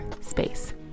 space